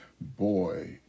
Boy